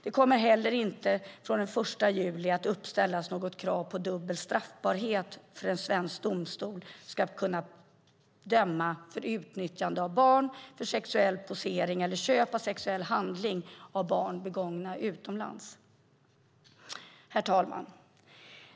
Det kommer heller inte från den 1 juli att uppställas något krav på dubbel straffbarhet för att en svensk domstol ska kunna döma för utnyttjande av barn för sexuell posering eller köp av sexuell handling av barn som är begånget utomlands. Herr talman!